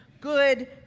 Good